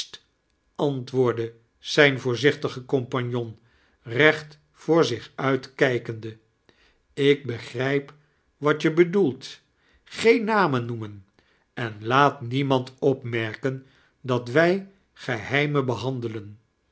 zijn voorziohtige compagnon recht voor zich uit kijkmdte lk begirijp wiat je bedioelt gieen nainien noemen en laa t niernand opmeirken da wij geheimen be-handtedtelen